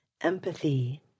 empathy